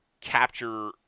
capture